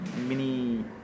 mini